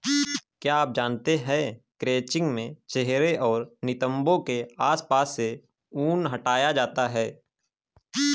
क्या आप जानते है क्रचिंग में चेहरे और नितंबो के आसपास से ऊन हटाया जाता है